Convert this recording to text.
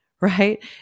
right